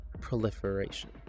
proliferation